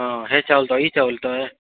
ହଁ ହେ ଚାଉଲ୍ ତ ଇ ଚାଉଲ୍ ତ ଆଏ